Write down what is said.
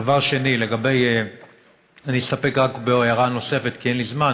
דבר שני, אני אסתפק רק בהערה נוספת, כי אין לי זמן